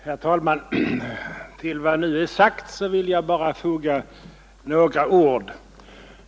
Herr talman! Till vad nu är sagt vill jag bara foga några ord.